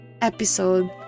episode